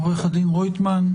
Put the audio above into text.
עו"ד רויטמן,